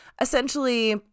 essentially